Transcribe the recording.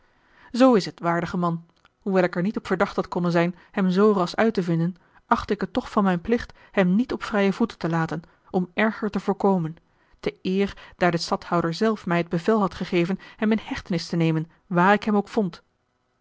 zoo is het waardige man hoewel ik er niet op verdacht had konnen zijn hem zoo ras uit te vinden achtte ik het toch van mijn plicht hem niet op vrije voeten te laten om erger te voorkomen te eer daar de stadhouder zelf mij het bevel had gegeven hem in hechtenis te nemen waar ik hem ook vond